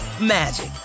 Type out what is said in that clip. magic